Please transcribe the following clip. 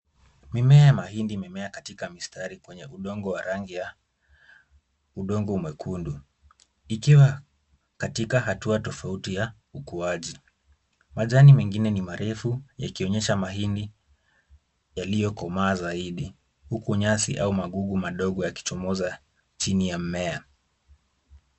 Mimea ya mahindi imemea katika mistari kwenye udongo wa rangi ya udongo mwekundu . Ikiwa katika hatua tofauti ya ukuaji . Majani mengine ni marefu yakionyesha mahindi yaliyokomaa zaidi . Huku nyasi au magugu madogo yakichomoza chini ya mmea.